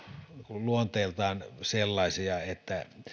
luonteeltaan sellaisia että